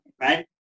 right